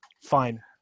fine